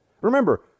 Remember